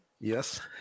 Yes